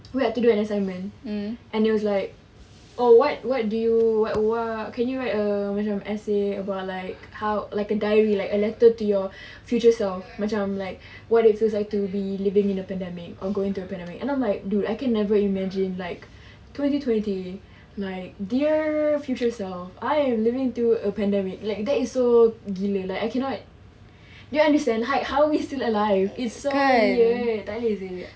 we have to do an assignment and it was like oh what what do you what what can you write a macam essay about like how like a diary like a letter to your future self macam like what if feels like to be living in a pandemic or going to a pandemic then I'm like dude I can never imagine like twenty twenty like dear future self I am living through a pandemic like that is so gila like I cannot do you understand like how we're still alive it's so weird tak boleh seh